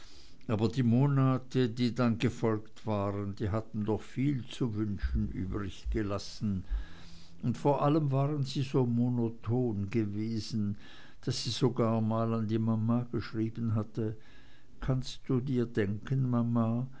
aber die monate die dann gefolgt waren die hatten doch viel zu wünschen übriggelassen und vor allem waren sie so monoton gewesen daß sie sogar mal an die mama geschrieben hatte kannst du dir denken mama